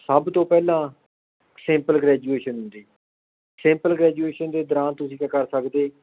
ਸਭ ਤੋਂ ਪਹਿਲਾਂ ਸਿੰਪਲ ਗ੍ਰੈਜੂਏਸ਼ਨ ਹੁੰਦੀ ਸਿੰਪਲ ਗ੍ਰੈਜੂਏਸ਼ਨ ਦੇ ਦੌਰਾਨ ਤੁਸੀਂ ਕਿਆ ਕਰ ਸਕਦੇ